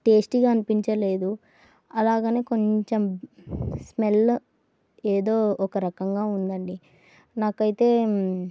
టేస్టీగా అనిపించలేదు అలాగే కొంచెం స్మెల్ ఏదో ఒక రకంగా ఉందండి నాకైతే